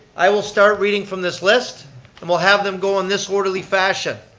i will start reading from this list and we'll have them go in this orderly fashion.